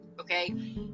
Okay